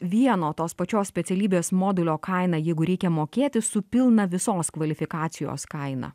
vieno tos pačios specialybės modulio kainą jeigu reikia mokėti su pilna visos kvalifikacijos kaina